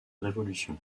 révolution